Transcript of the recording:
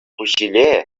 пуҫиле